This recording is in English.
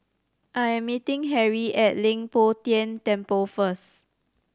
I am meeting Harrie at Leng Poh Tian Temple first